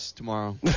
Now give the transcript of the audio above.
tomorrow